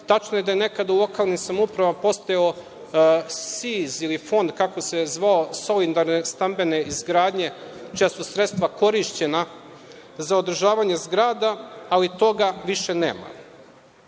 Tačno je da je nekada u lokalnim samoupravama postojao SIZ ili fond ili kako se već zvao, solidarne stambene izgradnje čija su sredstva korišćena za održavanje zgrada, ali toga više nema. Ono